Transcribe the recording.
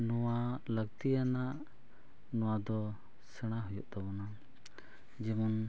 ᱱᱚᱣᱟ ᱞᱟᱹᱠᱛᱤᱭᱟᱱᱟᱜ ᱱᱚᱣᱟ ᱫᱚ ᱥᱮᱬᱟ ᱦᱩᱭᱩᱜ ᱛᱟᱵᱚᱱᱟ ᱡᱮᱢᱚᱱ